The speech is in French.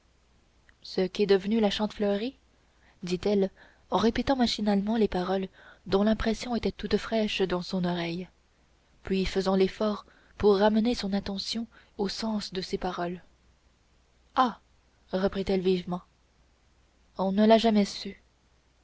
ce qu'est devenue la chantefleurie dit-elle en répétant machinalement les paroles dont l'impression était toute fraîche dans son oreille puis faisant effort pour ramener son attention au sens de ces paroles ah reprit-elle vivement on ne l'a jamais su